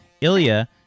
Ilya